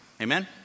Amen